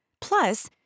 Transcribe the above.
Plus